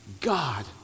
God